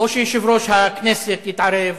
שיושב-ראש הכנסת יתערב,